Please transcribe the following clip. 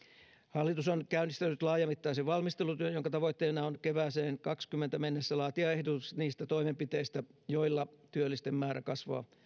hallitus on käynnistänyt laajamittaisen valmistelutyön jonka tavoitteena on kevääseen kahdessakymmenessä mennessä laatia ehdotukset niistä toimenpiteistä joilla työllisten määrä kasvaa